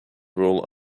rule